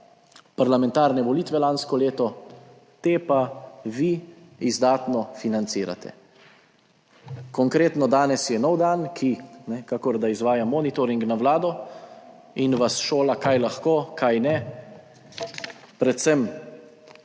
parlamentarne volitve lansko leto, te pa vi izdatno financirate. Konkretno, danes je nov dan, ki kakor da izvaja monitoring na vlado, in vas šola kaj lahko, kaj ne, predvsem